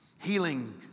Healing